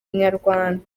inyarwanda